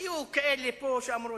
היו כאלה שאמרו: